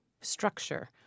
structure